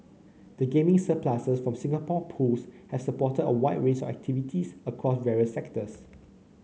the gaming surpluses from Singapore Pools have supported a wide range of activities across various sectors